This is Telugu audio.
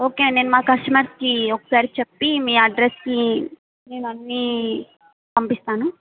ఓకే నేను మా కస్టమర్కి ఒకసారి చెప్పి మీ అడ్రస్కి నేను అన్నీ పంపిస్తాను